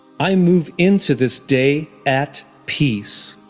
i move into this day at peace.